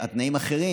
והתנאים אחרים,